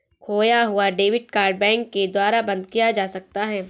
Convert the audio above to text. खोया हुआ debit card bank के द्वारा बंद किया जा सकता है